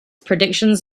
predictions